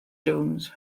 jones